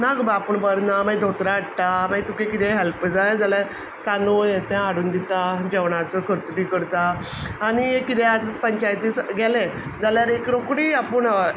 ना गो बाय आपूण बर ना मागीर दोतोरा हाडटा मागीर तुका कितें हेल्प जाय जाल्यार तांदूळ हें तें हाडून दिता जेवणाचो खर्चो बी करता हांव एक दिसा कितें पंचायतीन एक दीस गेलें जाल्यार एक रोखडी आपूण